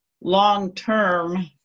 long-term